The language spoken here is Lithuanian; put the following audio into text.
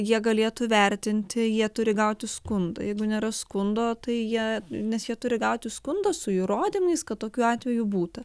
jie galėtų vertinti jie turi gauti skundą jeigu nėra skundo tai jie nes jie turi gauti skundą su įrodymais kad tokių atvejų būta